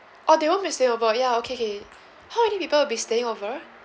oh they won't be staying over ya okay okay how many people will be staying over